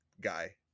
guy